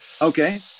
okay